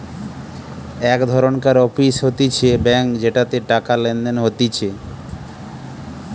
এক ধরণকার অফিস হতিছে ব্যাঙ্ক যেটাতে টাকা লেনদেন হতিছে